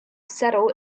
settle